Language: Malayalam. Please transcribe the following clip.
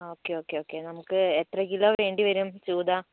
ഓക്കെ ഓക്കെ ഓക്കെ നമുക്ക് എത്ര കിലോ വേണ്ടിവരും ചൂത